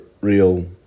real